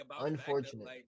unfortunate